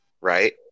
right